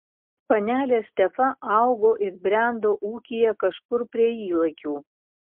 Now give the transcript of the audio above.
panelė stefa augo ir brendo ūkyje kažkur prie ylakių